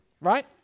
right